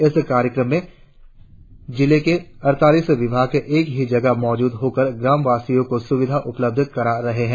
इस कार्यक्रम में जिले के अड़तालीस विभाग एक ही जगह मौजूद होकर ग्राम वासियों को सुविधाये उपलब्ध करा रहे है